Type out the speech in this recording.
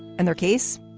and their case,